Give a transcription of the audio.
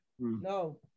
No